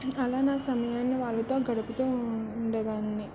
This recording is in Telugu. అలా నా సమయాన్ని వాళ్ళతో గడుపుతూ ఉండేదాన్ని